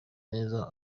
neza